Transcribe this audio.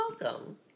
Welcome